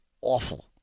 awful